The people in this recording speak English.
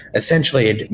essentially,